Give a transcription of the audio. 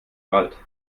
wald